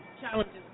challenges